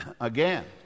again